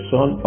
Son